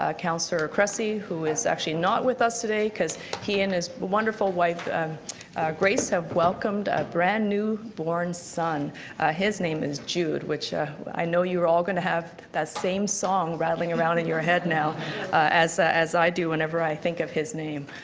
ah councillor cressy who is actually not with us today because he and his wonderful wife grace have welcomed a brand new born son his name is jude. which know you're all going to have that same song rattling around in your head now as ah as i do whenever i think of his name.